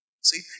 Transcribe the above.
See